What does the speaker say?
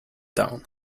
town